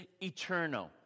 eternal